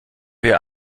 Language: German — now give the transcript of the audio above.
wir